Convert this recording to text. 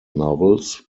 novels